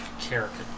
character